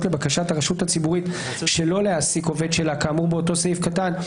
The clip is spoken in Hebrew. לבקשת הרשות הציבורית שלא להעסיק עובד שלה כאמור באותו סעיף קטן,